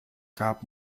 gab